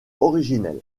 originelle